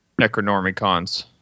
Necronormicons